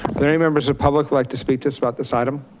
there any members of public like to speak to us about this item?